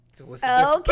Okay